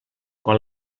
quan